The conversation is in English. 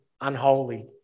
unholy